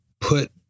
put